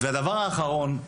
והדבר האחרון.